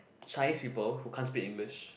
Chinese people who can't speak English